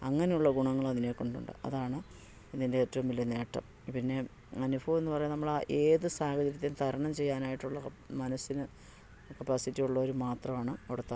അങ്ങനെയുള്ള ഗുണങ്ങൾ അതിനെ കൊണ്ട് ഉണ്ട് അതാണ് ഇതിൻ്റെ ഏറ്റവും വലിയ നേട്ടം പിന്നെ അനുഭവവെന്ന് പറയുന്നത് നമ്മൾ ആ ഏത് സാഹചര്യത്തേയും തരണം ചെയ്യാനായിട്ടുള്ള മനസ്സിന് കപ്പാസിറ്റിയുള്ളവർ മാത്രമാണ് അവിടെ